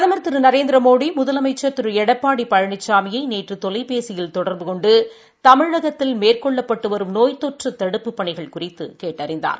பிரதமர் திரு நரேந்திரமோடி முதலமைச்சர் திரு எடப்பாடி பழனிசாமியை நேற்று தொலைபேசியில் தொடர்பு கொண்டு தமிழகத்தில் மேற்கொள்ளப்பட்டு வரும் நோய் தொற்று தடுப்புப் பணிகள் குறித்து கேட்டறிந்தார்